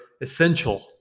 essential